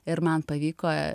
ir man pavyko